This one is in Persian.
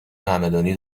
همدانی